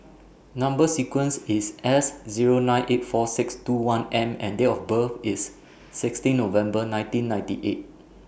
Number sequence IS S Zero nine eight four six two one M and Date of birth IS sixteen November nineteen ninety eight